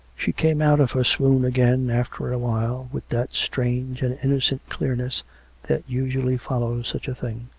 she came out of her swoon again, after a while, with that strange and innocent clearness that usually follows such a thing,